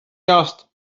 just